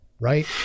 right